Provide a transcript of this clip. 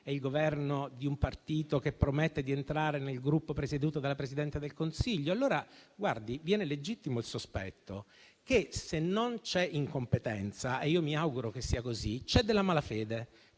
è il Governo di un partito che promette di entrare nel Gruppo presieduto dalla Presidente del Consiglio. Allora, viene legittimo il sospetto che se non c'è incompetenza - e io mi auguro che sia così - ci sia della malafede,